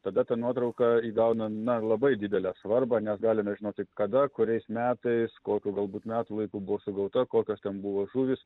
tada ta nuotrauka įgauna na labai didelę svarbą nes galime žinoti kada kuriais metais kokiu galbūt metų laiku buvo sugauta kokios ten buvo žuvys